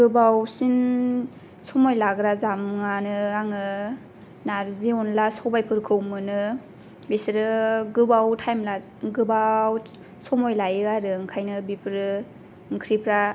गोबावसिन समय लाग्रा जामुङानो आङो नार्जि अनला सबायफोरखौ मोनो बिसोरो गोबाव थाइम गोबाव समय लायो आरो ओंखायनो बिफोरो ओंख्रिफ्रा